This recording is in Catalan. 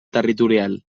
territorial